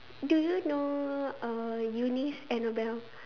do you know uh Eunice Annabelle